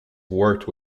worked